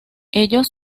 ellos